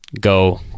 go